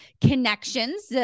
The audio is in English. connections